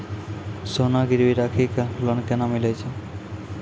सोना गिरवी राखी कऽ लोन केना मिलै छै?